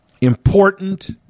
important